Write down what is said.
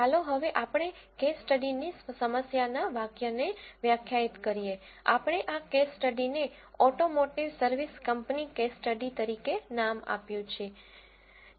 ચાલો હવે આપણે કેસ સ્ટડી ની સમસ્યા ના વાક્ય ને વ્યખાયિત કરીએ આપણે આ કેસ સ્ટડી ને automotive service company case study તરીકે નામ આપ્યું છે